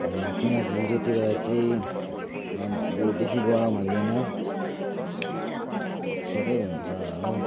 किनकि त्यति बेला चाहिँ बेसी गरम हुँदैन ठिकै हुन्छ हो